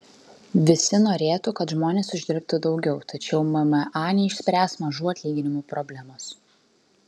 visi norėtų kad žmonės uždirbtų daugiau tačiau mma neišspręs mažų atlyginimų problemos